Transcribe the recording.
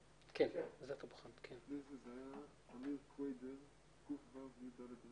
האוכלוסייה הבדואית בכנסת באופן שהוא מאוד עקבי ומקצועי.